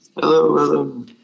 Hello